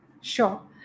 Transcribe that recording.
Sure